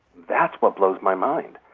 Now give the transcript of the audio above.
that's what blows my mind.